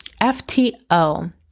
FTO